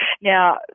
Now